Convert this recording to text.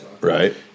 Right